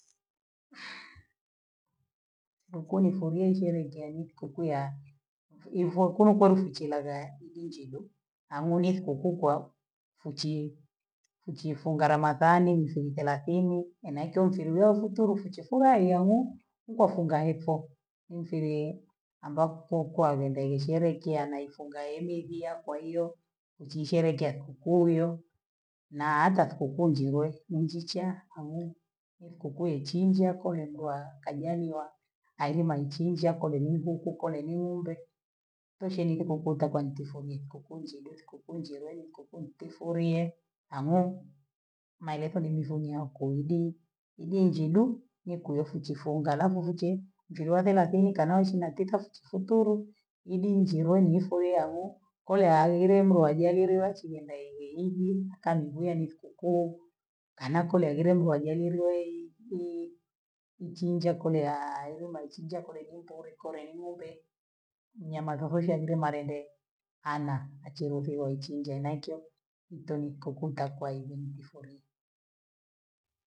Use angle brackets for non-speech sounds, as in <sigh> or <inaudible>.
<hesitation> Kwa kweli nifulie hizo nengea ni sikukuu ya ivokunu konu fuchila va idinjibo au ni sikukuu kwa fuchiu, fuchi funga ramadhani misili thelathini, na inakyo nchele wazutulu fuchi fula eyamo, nkwa funga efo ninjile ambako kwa venda ishirikiana ifunga emizia kwa hiyo uchiisherehekea sikukuu hiyo, na hata sikukuu njile ni njichaa hane ni sikukuu ye chinja kole mlwa kajaniwa haele maichinja kole ni nguku, kole ni ng'ombe, teshe ni kukukuta kwa ntifumi kukunji du, kukunji lemi, kukunji ntifuliye, hano marieta ni mzuni yakuidi inji du nikuefuchi funga halafu fiche njulavi lakumkana ishinatika fuchi fupili idi njile nifue iyang'o kwaiyo aerile mlo ajali liochigenda ive hivi akanimbuya ni sikukuu, kana kola vile ndo ajali lei <hesitation> ni ni chinja kole <hesitation> yelo maichinja kole ni mpole kole ye ng'ombe nyama zoho shakula malimbe, ana achiruhusu waichinja na aikyo ntemi kukuta kweiveni bifomii.